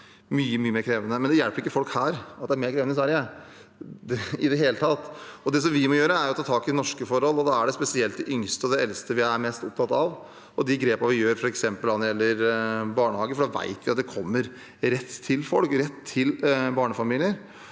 Det er mye, mye mer krevende, men det hjelper ikke i det hele tatt folk her at det er mer krevende i Sverige. Det vi må gjøre, er å ta tak i norske forhold. Da er det spesielt de yngste og de eldste vi er mest opptatt av, f.eks. de grepene vi gjør når det gjelder barnehage, for da vet vi at det kommer rett til folk, rett til barnefamilier.